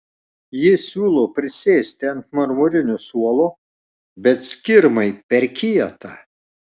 ji siūlo prisėsti ant marmurinio suolo bet skirmai per kieta